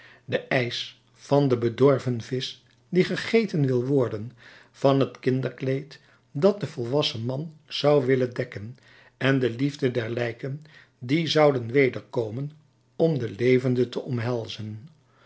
de eisch van den bedorven visch die gegeten wil worden van het kinderkleed dat den volwassen man zou willen dekken en de liefde der lijken die zouden wederkomen om de levenden te omhelzen